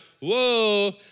whoa